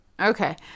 Okay